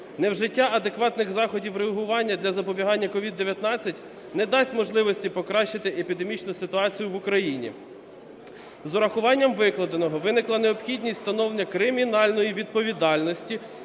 невжиття адекватних заходів реагування для запобігання COVID-19 не дасть можливості покращити епідемічну ситуацію в Україні. З урахуванням викладеного виникла необхідність встановлення кримінальної відповідальності